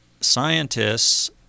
scientists